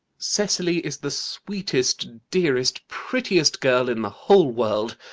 cecily is the sweetest, dearest, prettiest girl in the whole world.